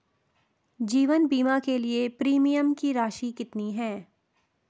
जीवन बीमा के लिए प्रीमियम की राशि कितनी है?